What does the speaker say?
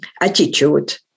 attitude